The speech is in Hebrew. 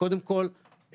קודם כל,